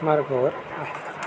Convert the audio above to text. मार्गावर आहे